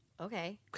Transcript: okay